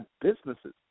businesses